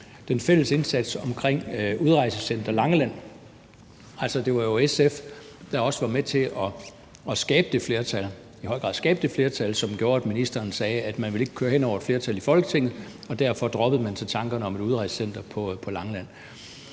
den fælles indsats omkring udrejsecenter Langeland. Altså, det var jo SF, der i høj grad også var med til at skabe det flertal, som gjorde, at ministeren sagde, at man ikke ville køre hen over et flertal i Folketinget, og man så derfor droppede tankerne om et udrejsecenter på Langeland.